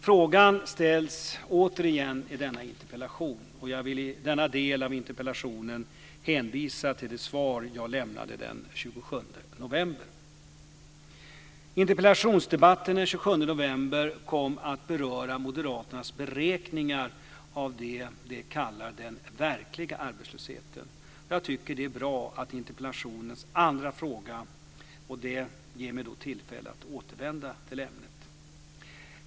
Frågan ställs återigen i denna interpellation. Jag vill i denna del av interpellationen hänvisa till det svar jag lämnade den 27 november. Interpellationsdebatten den 27 november kom att beröra moderaternas beräkningar av det som de kallar den "verkliga arbetslösheten". Jag tycker det är bra att interpellationens andra fråga ger mig tillfälle att återvända till ämnet.